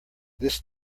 this